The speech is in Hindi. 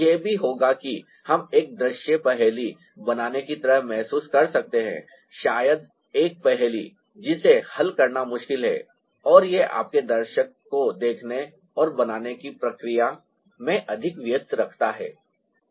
यह भी होगा कि हम एक दृश्य पहेली बनाने की तरह महसूस कर सकते हैं शायद एक पहेली जिसे हल करना मुश्किल है और यह आपके दर्शक को देखने और बनाने की प्रक्रिया में अधिक व्यस्त रखता है